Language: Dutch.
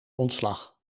ontslag